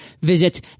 Visit